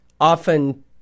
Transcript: often